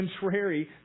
contrary